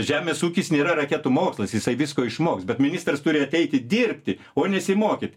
žemės ūkis nėra raketų mokslas jisai visko išmoks bet ministras turi ateiti dirbti o nesimokyt